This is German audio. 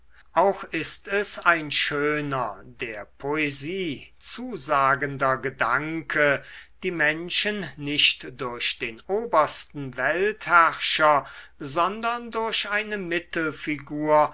auch ist es ein schöner der poesie zusagender gedanke die menschen nicht durch den obersten weltherrscher sondern durch eine